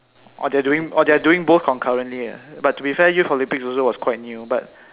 or they doing or they are doing both concurrently lah but to be fair youth Olympics also was quite new but